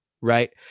right